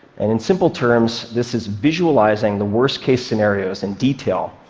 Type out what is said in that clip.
and in simple terms, this is visualizing the worst-case scenarios, in detail,